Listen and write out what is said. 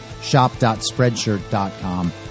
shop.spreadshirt.com